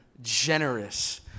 generous